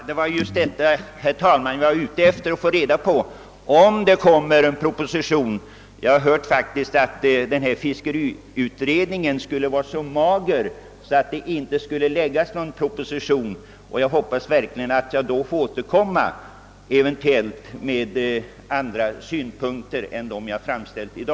Herr talman! Vad jag ville ha reda på var just, om en proposition kommer. Jag har faktiskt hört att fritidsfiskeutredningens resultat skulle vara så magert att det inte kunde ligga till grund för någon proposition. När jag nu hört att det skall framläggas en proposition hoppas jag få återkomma med ytterligare synpunkter i denna fråga.